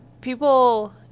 people